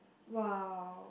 !wow!